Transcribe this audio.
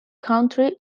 country